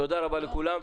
תודה רבה לכולם,